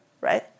right